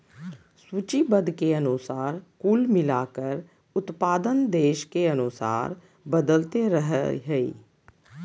सूचीबद्ध के अनुसार कुल मिलाकर उत्पादन देश के अनुसार बदलते रहइ हइ